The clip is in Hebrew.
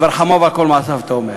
"ורחמיו על כל מעשיו", אתה אומר.